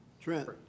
Trent